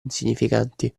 insignificanti